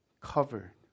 Covered